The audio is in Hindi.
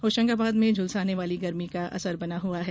होशंगाबाद में झुलसाने वाली गर्मी का असर बना हुआ है